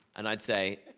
and i'd say,